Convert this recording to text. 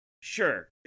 sure